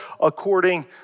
according